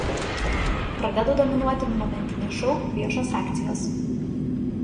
pradeda dominuoti momentiniai šou viešos akcijos